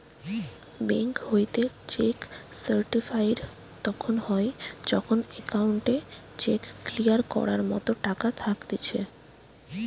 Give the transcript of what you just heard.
bank হইতে cheque certified তখন হয় যখন অ্যাকাউন্টে চেক ক্লিয়ার করার মতো টাকা থাকতিছে